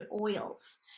oils